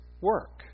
work